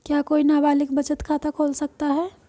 क्या कोई नाबालिग बचत खाता खोल सकता है?